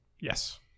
Yes